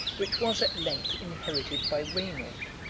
which was at length inherited by rainaud,